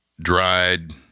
dried